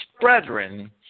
brethren